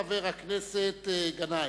חבר הכנסת גנאים.